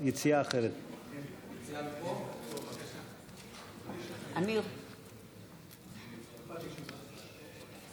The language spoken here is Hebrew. זה נוסח הצהרת האמונים: "אני מתחייב לשמור אמונים למדינת